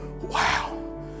wow